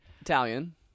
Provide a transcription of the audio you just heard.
Italian